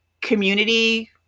Community